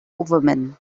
woman